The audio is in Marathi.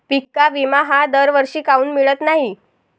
पिका विमा हा दरवर्षी काऊन मिळत न्हाई?